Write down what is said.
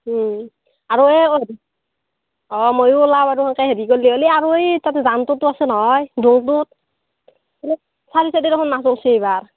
আৰু এই অ' মইও ওলাম আৰু সেনেকৈ হেৰি কৰিলে হ'ল আৰু এই তাতে